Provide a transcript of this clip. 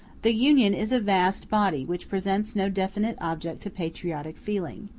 the union is a vast body which presents no definite object to patriotic feeling.